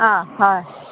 অঁ হয়